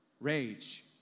rage